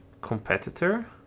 ...competitor